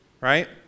Right